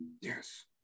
Yes